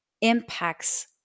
impacts